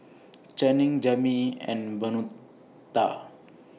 Channing Jami and Bonita